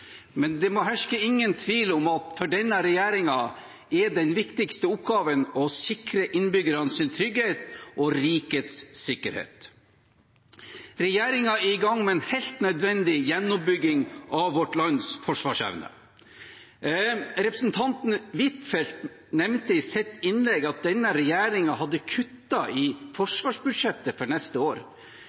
men det må ikke herske noen tvil om at den viktigste oppgaven for denne regjeringen er å sikre innbyggernes trygghet og rikets sikkerhet. Regjeringen er i gang med en helt nødvendig gjenoppbygging av vårt lands forsvarsevne. Representanten Huitfeldt nevnte i sitt innlegg at denne regjeringen hadde kuttet i forsvarsbudsjettet for neste år.